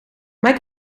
mijn